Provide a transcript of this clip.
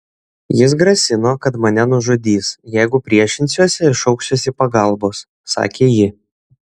jis grasino kad mane nužudys jeigu priešinsiuosi ir šauksiuosi pagalbos sakė ji